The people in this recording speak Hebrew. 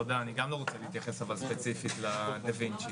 תודה אני גם לא רוצה להתייחס ספציפית לדה וינצ'י.